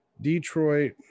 Detroit